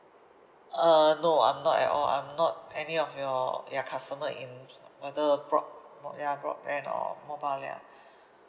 uh no I'm not at all I'm not any of your ya customer in whether broad~ broad~ ya broadband or mobile ya